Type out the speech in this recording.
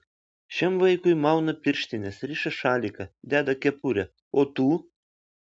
šiam vaikui mauna pirštines riša šaliką deda kepurę o tu